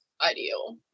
ideal